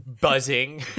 buzzing